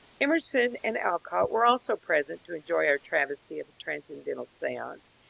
emerson and alcott were also present to enjoy our travesty of a transcendental stance,